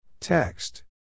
Text